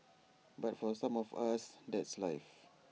but for some of us that's life